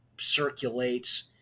circulates